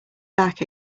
back